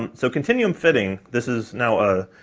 um so continuum fitting this is now a,